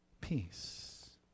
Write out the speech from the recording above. peace